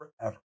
forever